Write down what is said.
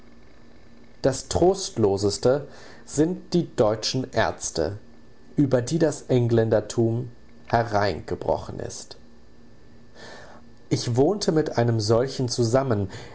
das trostloseste sind die deutschen ärzte über die das engländertum hereingebrochen ist ich wohnte mit einem solchen zusammen